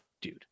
dude